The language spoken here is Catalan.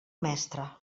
mestre